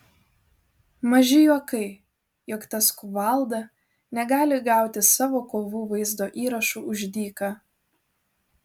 maži juokai jog tas kuvalda negali gauti savo kovų vaizdo įrašų už dyką